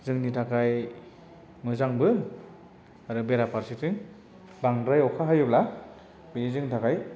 जोंनि थाखाय मोजांबो आरो बेराफारसेथिं बांद्राय अखा हायोब्ला बे जोंनि थाखाय